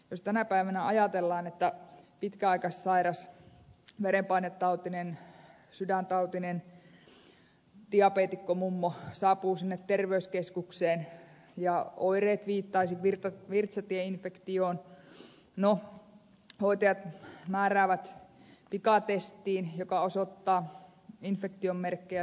jos tänä päivänä ajatellaan että pitkäaikaissairas verenpainetautinen sydäntautinen diabeetikkomummo saapuu sinne terveyskeskukseen ja oireet viittaisivat virtsatieinfektioon no hoitajat määräävät pikatestiin joka osoittaa infektion merkkejä selkeästi